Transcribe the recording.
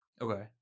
Okay